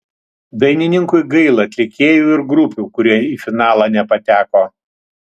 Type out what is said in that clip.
dainininkui gaila atlikėjų ir grupių kurie į finalą nepateko